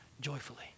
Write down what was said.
joyfully